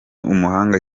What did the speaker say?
umuhanga